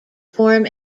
form